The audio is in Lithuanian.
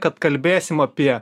kad kalbėsim apie